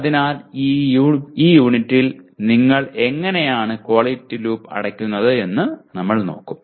അതിനാൽ ഈ യൂണിറ്റിൽ നങ്ങൾ എങ്ങനെയാണ് ക്വാളിറ്റി ലൂപ്പ് അടയ്ക്കുന്നത് എന്ന് നോക്കും